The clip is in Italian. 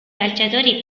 calciatori